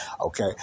okay